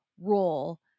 role